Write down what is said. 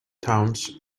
towns